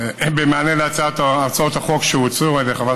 במענה להצעות החוק שהוצעו על ידי חברת